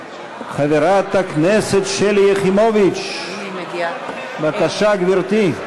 חברת הכנסת שלי יחימוביץ, בבקשה, גברתי.